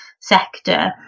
sector